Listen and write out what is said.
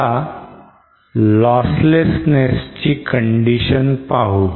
आता losslessness ची condition पाहू